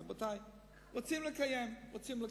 רבותי, רוצים לקיים, רוצים לקיים.